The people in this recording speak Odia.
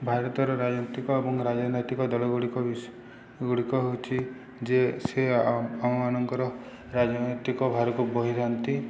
ଭାରତର ରାଜନୈତିକ ଏବଂ ରାଜନୈତିକ ଦଳଗୁଡ଼ିକ ରୁ ଗୁଡ଼ିକ ହଉଚି ଯେ ସେ ଆମମାନଙ୍କର ରାଜନୈତିକ ଭାରକୁ ବହିଥାନ୍ତି